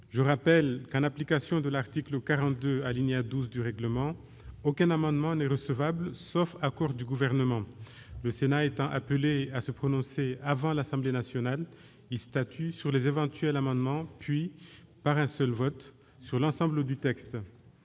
Je rappelle que, en application de l'article 42, alinéa 12, du règlement, aucun amendement n'est recevable, sauf accord du Gouvernement. En outre, le Sénat étant appelé à se prononcer avant l'Assemblée nationale, il statue sur les éventuels amendements, puis, par un seul vote, sur l'ensemble du texte.